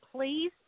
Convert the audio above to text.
please